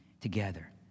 together